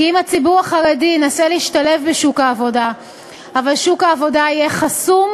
כי אם הציבור החרדי ינסה להשתלב בשוק העבודה אבל שוק העבודה יהיה חסום,